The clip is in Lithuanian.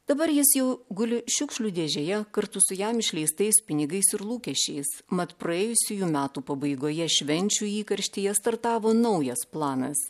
dabar jis jau guli šiukšlių dėžėje kartu su jam išleistais pinigais ir lūkesčiais mat praėjusiųjų metų pabaigoje švenčių įkarštyje startavo naujas planas